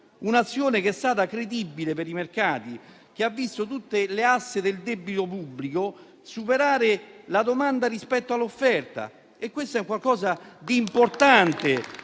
un'azione credibile per i mercati, che ha visto tutte le aste del debito pubblico superare la domanda rispetto all'offerta. Questo è qualcosa di importante